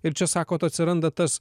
ir čia sakot atsiranda tas